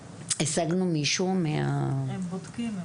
שלום,